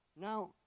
Now